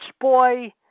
boy